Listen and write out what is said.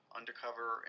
undercover